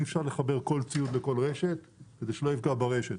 אי אפשר לחבר כל ציוד לכל רשת כדי שלא יפגע ברשת.